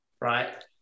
right